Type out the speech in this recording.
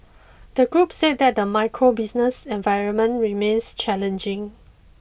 the group said that the macro business environment remains challenging